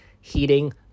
heating